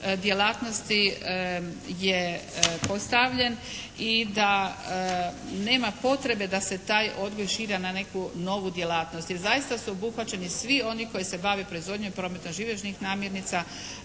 djelatnosti je postavljen i nema potrebe da se taj odgoj širi na neku novu djelatnost. Jer zaista su obuhvaćeni svi oni koji se bave proizvodnjom i prometom živežnih namirnica,